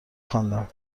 خواندم